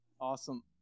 Awesome